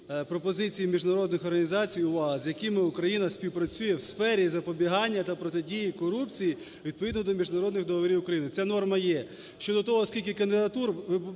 пропозиції міжнародних організацій – увага – з якими Україна співпрацює в сфері запобігання та протидії корупції, відповідно до міжнародних договорів України. Ця норма є щодо того, скільки кандидатур,